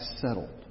settled